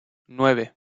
nueve